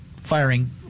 firing